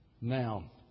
Now